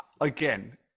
again